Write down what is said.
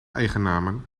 eigennamen